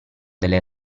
delle